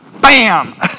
Bam